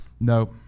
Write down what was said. no